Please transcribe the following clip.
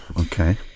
Okay